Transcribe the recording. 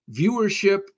viewership